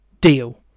deal